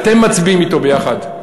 אתם מצביעים אתו יחד.